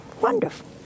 wonderful